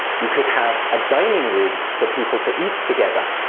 you could have a dining room for people to eat together.